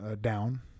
down